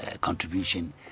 contribution